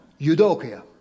eudokia